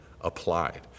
applied